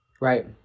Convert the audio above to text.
Right